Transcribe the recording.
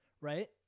right